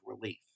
relief